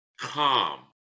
calm